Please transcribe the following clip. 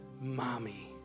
Mommy